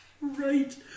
Right